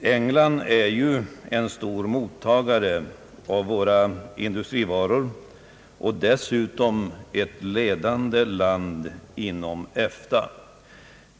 England är en stor mottagare av våra industrivaror och dessutom det ledande landet inom EFTA.